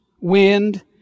wind